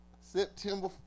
September